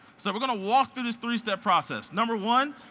so we're gonna walk through this three step process. number one,